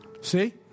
See